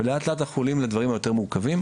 ולאט לאט אנחנו עולים לדברים היותר מורכבים.